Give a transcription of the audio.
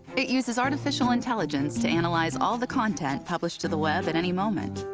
it uses artificial intelligence to analyze all the content published to the web at any moment,